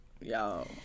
y'all